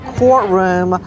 courtroom